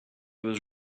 was